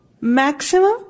Maximum